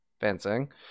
Fencing